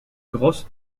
grosse